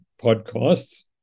podcasts